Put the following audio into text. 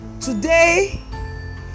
Today